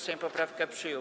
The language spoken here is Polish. Sejm poprawkę przyjął.